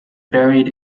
buried